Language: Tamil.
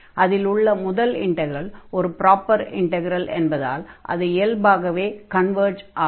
அதில் உள்ள முதல் இன்டக்ரல் ஒரு ப்ராப்பர் இன்டக்ரல் என்பதால் அது இயல்பாகவே கன்வர்ஜ் ஆகும்